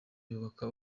yubaka